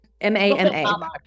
m-a-m-a